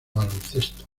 baloncesto